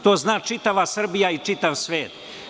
To zna čitava Srbija i čitav svet.